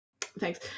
Thanks